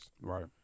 Right